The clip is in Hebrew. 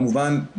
כמובן,